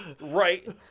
Right